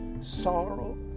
sorrow